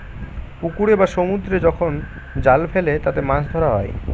পুকুরে বা সমুদ্রে যখন জাল ফেলে তাতে মাছ ধরা হয়